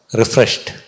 refreshed